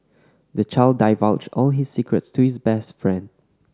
the child divulged all his secrets to his best friend